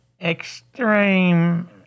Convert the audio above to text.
extreme